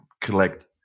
collect